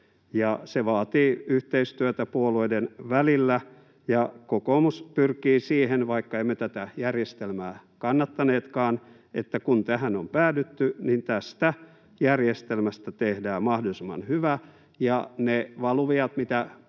Se vaatii yhteistyötä puolueiden välillä. Kokoomus pyrkii siihen, vaikka emme tätä järjestelmää kannattaneetkaan, että kun tähän on päädytty, niin tästä järjestelmästä tehdään mahdollisimman hyvä, ja niitä valuvikoja,